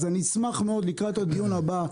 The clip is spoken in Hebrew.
אז אשמח מאוד לקראת הדיון הבא,